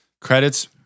credits